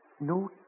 no